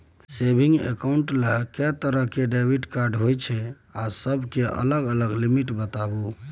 Saving accounts ल के तरह के डेबिट कार्ड होय छै आ सब के अलग अलग लिमिट बताबू?